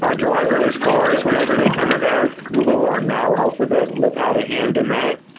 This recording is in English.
ah driverless cars whenever they come about. google, or now alphabet, will have had a hand in that.